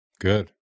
Good